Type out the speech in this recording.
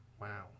Wow